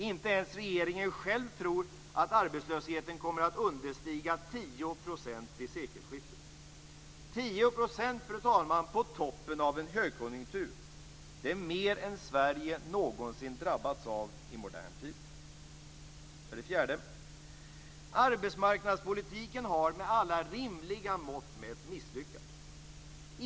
Inte ens regeringen själv tror att arbetslösheten kommer att understiga 10 % vid sekelskiftet. det är mer än Sverige någonsin drabbats av i modern tid. För det fjärde har arbetsmarknadspolitiken med alla rimliga mått mätt misslyckats.